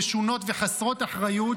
משונות וחסרות אחריות,